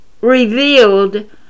revealed